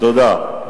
תודה.